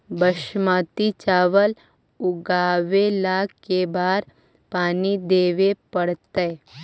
बासमती चावल उगावेला के बार पानी देवे पड़तै?